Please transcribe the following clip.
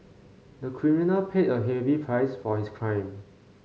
the criminal paid a heavy price for his crime